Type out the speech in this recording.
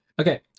Okay